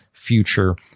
future